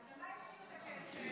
אז במה השקיעו את הכסף?